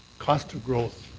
cost of growth,